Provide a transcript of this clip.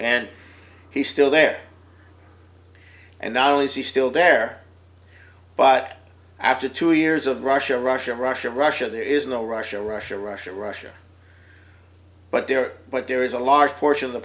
and he's still there and not only is he still there but after two years of russia russia russia russia there is no russia russia russia russia but there but there is a large portion of the